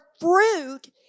fruit